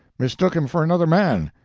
mistook him for another man.